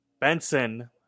Benson